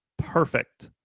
perfect,